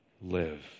live